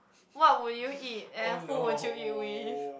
what would you eat and who would you eat with